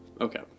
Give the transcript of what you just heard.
okay